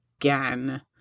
again